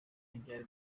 ntibyari